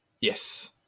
Yes